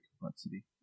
complexity